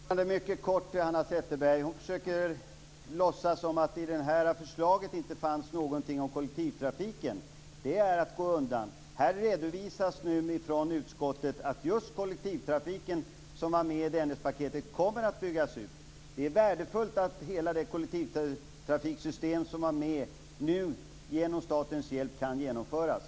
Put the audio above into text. Fru talman! Jag skall fatta mig mycket kort. Hanna Zetterberg försöker låtsas som om det i det här förslaget inte finns någonting om kollektivtrafiken. Det är att gå undan. Här redovisas från utskottet att just kollektivtrafiken som var med i Dennispaketet kommer att byggas ut. Det är värdefullt att hela det kollektivtrafiksystem som var med nu genom statens hjälp kan genomföras.